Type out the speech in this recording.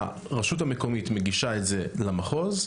הרשות המקומית מגישה את זה למחוז,